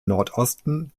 nordosten